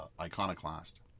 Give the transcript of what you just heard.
Iconoclast